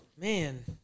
Man